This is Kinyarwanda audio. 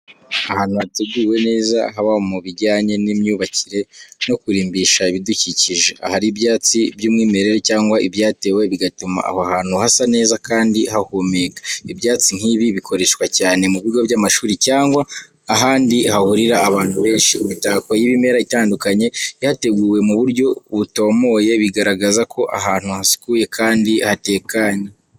Ahantu hateguwe neza, haba mu bijyanye n’imyubakire no kurimbisha ibidukikije. Ahari ibyatsi by’umwimerere cyangwa ibyatewe, bigatuma aho hantu hasa neza kandi hahumeka. Ibyatsi nk’ibi bikoreshwa cyane mu bigo by’amashuri cyangwa ahandi hahurira abantu benshi. Imitako y’ibimera itandukanye ihateguwe mu buryo butomoye, bigaragaza ko ahantu hasukuye kandi hatekanye.